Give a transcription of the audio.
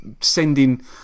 sending